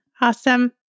Awesome